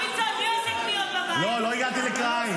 רגע, אני יודע הכול.